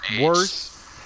worse